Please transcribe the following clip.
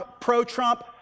pro-Trump